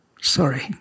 Sorry